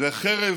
וחרב